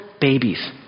babies